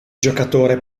giocatore